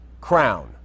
crown